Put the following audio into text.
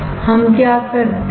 हम क्या करते हैं